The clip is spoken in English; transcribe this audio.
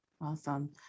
awesome